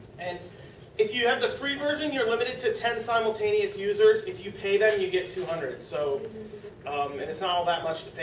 and if you have the free version you are limited to ten simultaneous users. if you pay them you get two hundred. it so um and is not ah all that much